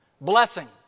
Blessing